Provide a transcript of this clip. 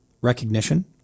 recognition